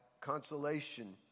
consolation